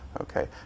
Okay